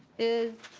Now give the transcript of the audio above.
is